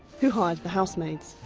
who hired the housemaids.